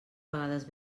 vegades